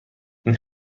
این